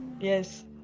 Yes